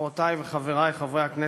חברותי וחברי חברי הכנסת,